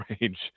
range